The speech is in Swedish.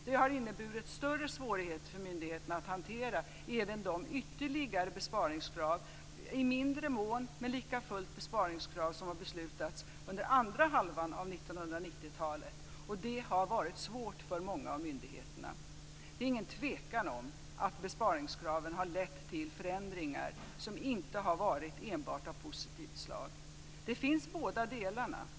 Det har inneburit större svårigheter för myndigheterna att hantera även de ytterligare besparingskrav, i mindre mån men lika fullt besparingskrav, som har beslutats under andra halvan av 1990-talet. Det har varit svårt för många av myndigheterna. Det är ingen tvekan om att besparingskraven har lett till förändringar som inte enbart har varit av positivt slag. Det finns båda delarna.